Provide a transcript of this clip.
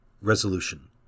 Resolution